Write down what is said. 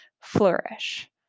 flourish